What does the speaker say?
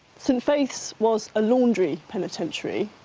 st faith's was a laundry penitentiary.